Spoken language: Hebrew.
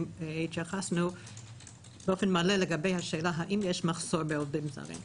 התייחסנו באופן מלא לגבי השאלה האם יש מחסור בעובדים זרים.